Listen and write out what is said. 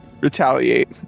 retaliate